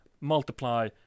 multiply